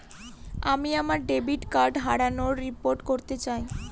আমি আমার debit card হারানোর রিপোর্ট করতে চাই